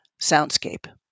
soundscape